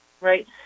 right